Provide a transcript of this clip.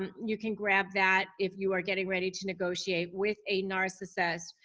um you can grab that if you are getting ready to negotiate with a narcissist.